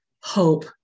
hope